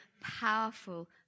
powerful